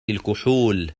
الكحول